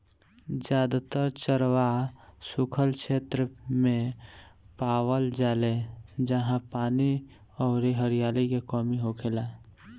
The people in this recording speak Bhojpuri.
जादातर चरवाह सुखल क्षेत्र मे पावल जाले जाहा पानी अउरी हरिहरी के कमी होखेला